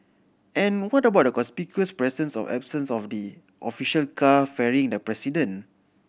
and what about the conspicuous presence or absence of the official car ferrying the president